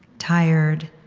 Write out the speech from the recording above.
tired,